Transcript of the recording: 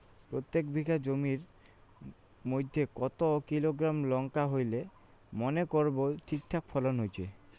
প্রত্যেক বিঘা জমির মইধ্যে কতো কিলোগ্রাম লঙ্কা হইলে মনে করব ঠিকঠাক ফলন হইছে?